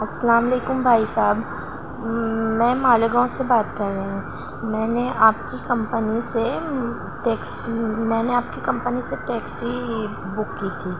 السلام علیکم بھائی صاحب میں مالیگاؤں سے بات کر رہی ہوں میں نے آپ کی کمپنی سے ٹیکسی میں نے آپ کی کمپنی سے ٹیکسی بک کی تھی